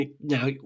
now